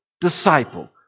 disciple